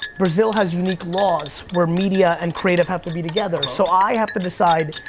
brazil has unique laws, where media and creative have to be together, so i have to decide,